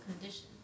condition